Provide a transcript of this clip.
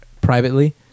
privately